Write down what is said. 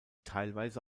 teilweise